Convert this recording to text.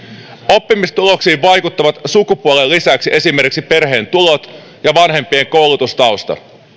oppimistuloksiin vaikuttavat sukupuolen lisäksi esimerkiksi perheen tulot ja vanhempien koulutustausta